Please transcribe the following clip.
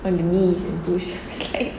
on the knees and push it was like